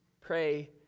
pray